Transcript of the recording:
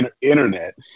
internet